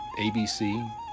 ABC